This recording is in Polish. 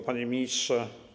Panie Ministrze!